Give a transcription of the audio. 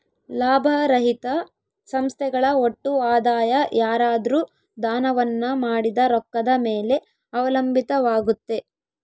ಲಾಭರಹಿತ ಸಂಸ್ಥೆಗಳ ಒಟ್ಟು ಆದಾಯ ಯಾರಾದ್ರು ದಾನವನ್ನ ಮಾಡಿದ ರೊಕ್ಕದ ಮೇಲೆ ಅವಲಂಬಿತವಾಗುತ್ತೆ